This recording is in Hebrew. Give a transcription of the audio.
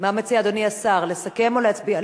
מה מציע אדוני השר, לסכם או להצביע?